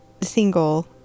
single